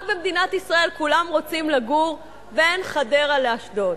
רק במדינת ישראל כולם רוצים לגור בין חדרה לאשדוד.